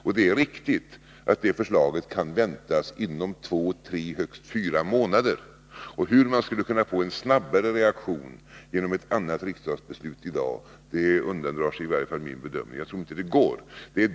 Och det är riktigt att det förslaget kan väntas inom två, tre eller högst fyra månader. Hur man skall kunna få en snabbare reaktion genom ett annat riksdagsbeslut, det undandrar sig i varje fall min bedömning — jag tror inte att det går.